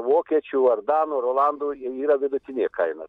vokiečių ar danų ar olandų jin yra vidutinė kaina